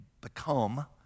become